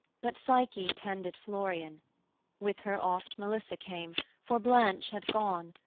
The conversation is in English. but psyche tended florian with her oft, melissa came for blanche had gone,